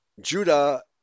Judah